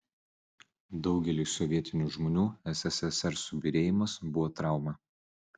daugeliui sovietinių žmonių sssr subyrėjimas buvo trauma